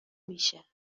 میشه